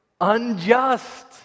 Unjust